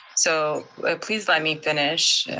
so please let me finish.